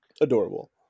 adorable